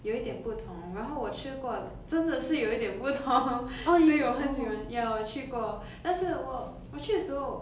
有一点不同然后我吃过真的是有一点不同所以我很喜欢 ya 我去过但是我我去的时候